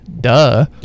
Duh